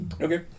Okay